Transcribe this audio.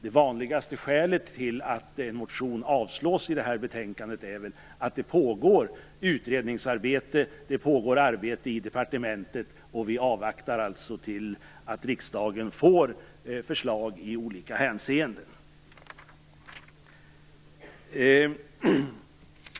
Det vanligaste skälet till att en motion avstyrks i detta betänkande är att det pågår utredningsarbete och arbete i departementet och att vi avvaktar att riksdagen får förslag i olika hänseenden.